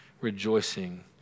rejoicing